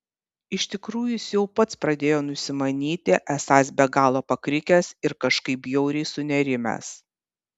iš tikrųjų jis jau pats pradėjo nusimanyti esąs be galo pakrikęs ir kažkaip bjauriai sunerimęs